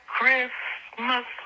Christmas